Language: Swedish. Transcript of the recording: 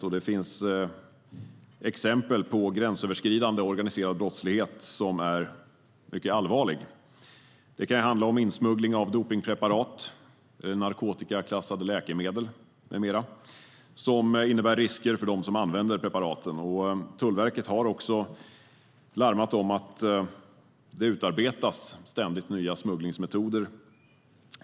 Det finns exempel på gränsöverskridande organiserad brottslighet som är mycket allvarlig. Det kan handla om insmuggling av dopningpreparat och narkotikaklassade läkemedel med mera som innebär risker för dem som använder preparaten. Tullverket har också larmat om att det ständigt utarbetas nya smugglingsmetoder.